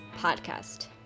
podcast